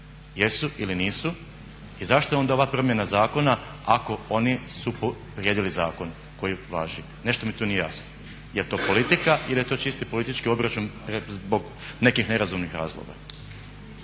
jesu ili nisu i zašto je onda ova promjena zakona ako oni su povrijedili zakon koji važi. Nešto mi tu nije jasno. Je li to politika ili je to čisti politički obračun zbog nekih nerazumnih razloga?